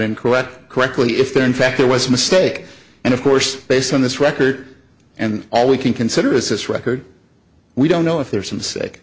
in correct quickly if there in fact there was a mistake and of course based on this record and all we can consider is this record we don't know if there are some sick